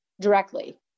directly